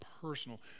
personal